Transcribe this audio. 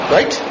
Right